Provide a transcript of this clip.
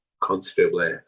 considerably